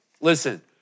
Listen